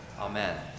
Amen